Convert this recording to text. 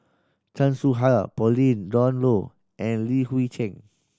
Chan Soh Ha Pauline Dawn Loh and Li Hui Cheng